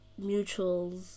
mutuals